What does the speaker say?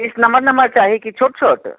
पीस नम्हर नम्हर चाही कि छोट छोट